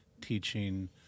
teaching